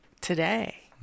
today